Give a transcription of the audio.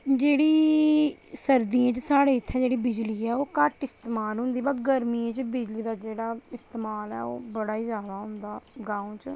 जेह्ड़ी सर्दियें च साढ़े इत्थें जेह्ड़ी बिजली ऐ ओह् घट्ट इस्तेमाल होंदी बा गर्मियें च बिजली दा जेह्ड़ा इस्तेमाल ऐ ओह् बड़ा ई जादा होंदा ग्रां च